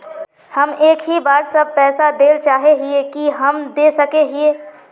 हम एक ही बार सब पैसा देल चाहे हिये की हम दे सके हीये?